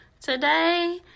Today